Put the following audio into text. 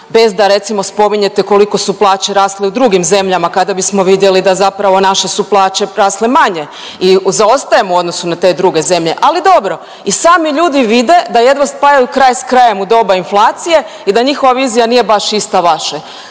bez da recimo spominjete koliko su plaće rasle u drugim zemljama kada bismo vidjeli da zapravo naše su plaće rasle manje i zaostajemo u odnosu na te druge zemlje, ali dobro, i sami ljudi vide da jedva spajaju kraj s krajem u doba inflacije i da njihova vizija nije baš ista vašoj.